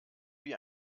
wie